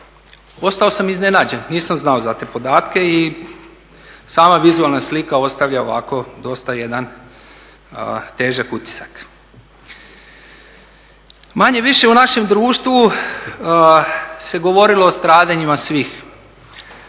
ostao sam iznenađen nisam znao za te podatke i sama vizualna slika ostavlja ovako dosta jedan težak utisak. Manje-više u našem društvu se govorilo o stradanjima svih.